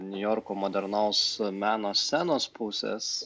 niujorko modernaus meno scenos pusės